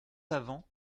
avant